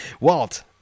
Walt